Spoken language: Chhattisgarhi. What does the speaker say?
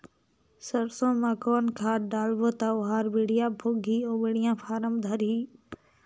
सरसो मा कौन खाद लगाबो ता ओहार बेडिया भोगही अउ बेडिया फारम धारही?